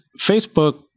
Facebook